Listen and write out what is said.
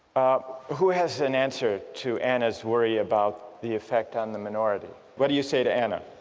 who has an answer to anna's worry about the effect on the minority what do you say to anna?